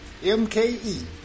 MKE